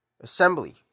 Assembly